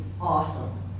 awesome